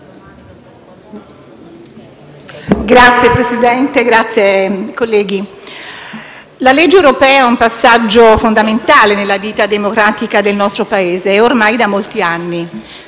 Signor Presidente, colleghi, la legge europea è un passaggio fondamentale nella vita democratica del nostro Paese ormai da molti anni.